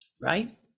right